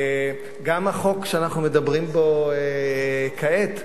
גם החוק שאנחנו מדברים בו כעת,